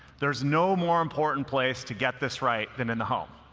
there's no more important place to get this right than in the home.